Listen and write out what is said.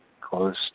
close